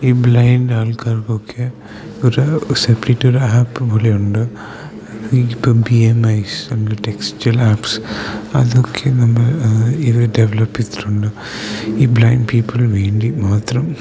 ഈ ബ്ലൈൻഡ് ആൾക്കാർക്കൊക്കെ ഒരു സെപ്പറേറ്റ് ഒരു ആപ്പ് പോലെ ഉണ്ട് ഇപ്പം ബി എം എസ് അല്ലങ്കിൽ ടെക്സ്റ്റൽ ആപ്സ് അതൊക്കെ നമ്മൾ ഇത് ഡെവലപ്പ് ചെയ്തിട്ടുണ്ട് ഈ ബ്ലൈൻഡ് പീപ്പിൾ വേണ്ടി മാത്രം